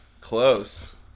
Close